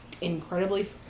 incredibly